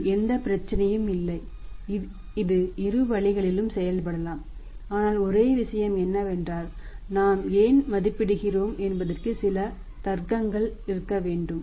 இதில் எந்த பிரச்சனையும் இல்லை இது இரு வழிகளிலும் செய்யப்படலாம் ஆனால் ஒரே விஷயம் என்னவென்றால் நாம் ஏன் மதிப்பிடப்படுகிறோம் என்பதற்கு சில தர்க்கங்கள் இருக்க வேண்டும்